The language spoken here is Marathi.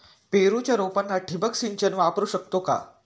पेरूच्या रोपांना ठिबक सिंचन वापरू शकतो का?